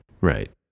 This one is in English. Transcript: Right